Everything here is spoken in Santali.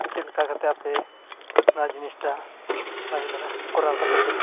ᱥᱮ ᱪᱮᱫ ᱞᱮᱠᱟ ᱠᱟᱛᱮᱫ ᱟᱯᱮ ᱚᱱᱟ ᱡᱤᱱᱤᱥᱴᱟ ᱵᱷᱟᱜᱮ ᱫᱷᱟᱨᱟ ᱠᱚᱨᱟᱣ ᱠᱟᱛᱮᱫ ᱯᱮ